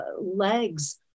legs